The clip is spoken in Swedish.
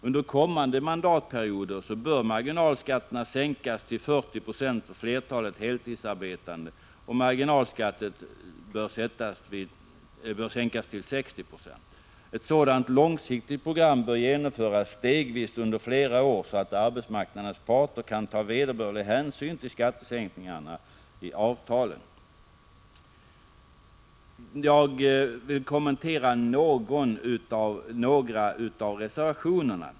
Under kommande mandatperioder bör marginalskatterna sänkas till 40 Ze för flertalet heltidsarbetande och marginalskattetaket sänkas till 60 96. Ett sådant långsiktigt program bör genomföras stegvis under flera år, så att arbetsmarknadens parter kan ta vederbörlig hänsyn till skattesänkningarna i avtalen. Jag vill kommentera några av reservationerna.